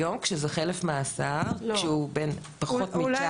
היום, כשזה חלף מאסר, כשהוא פחות מ-19?